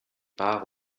part